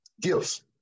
gifts